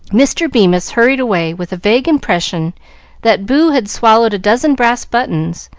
mr. bemis hurried away, with a vague impression that boo had swallowed a dozen brass buttons,